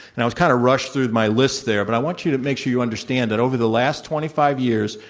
and i was kind of rushed through my list there, but i want you to make sure you understand that over the last twenty five years,